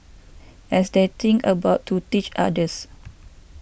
as they think about to teach others